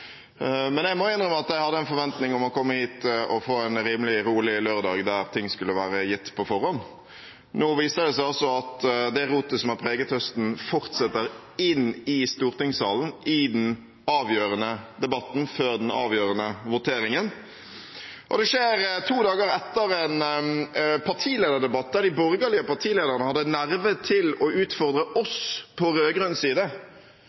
Jeg må innrømme at jeg hadde en forventning om å komme hit og få en rimelig rolig lørdag der ting skulle være gitt på forhånd. Nå viser det seg altså at det rotet som har preget høsten, fortsetter inn i stortingssalen i den avgjørende debatten før den avgjørende voteringen. Det skjer to dager etter en partilederdebatt der de borgerlige partilederne hadde nerve til å utfordre oss på rød-grønn side